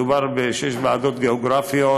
מדובר בשש ועדות גאוגרפיות.